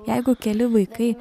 jeigu keli vaikai